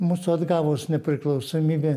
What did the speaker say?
mūsų atgavus nepriklausomybę